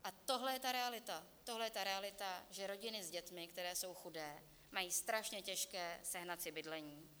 A tohle je ta realita, tohle je ta realita, že rodiny s dětmi, které jsou chudé, mají strašně těžké sehnat si bydlení.